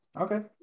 Okay